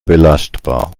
belastbar